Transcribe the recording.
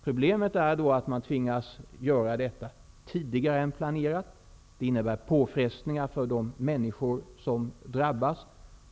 Problemet är att vi tvingas göra detta tidigare än planerat, vilket innebär påfrestningar för de människor som drabbas.